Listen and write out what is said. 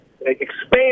expand